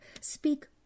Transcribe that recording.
speak